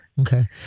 okay